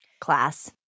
Class